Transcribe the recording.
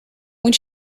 when